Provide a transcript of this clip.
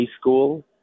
school